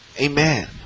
Amen